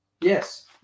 Yes